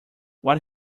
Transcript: what